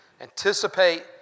anticipate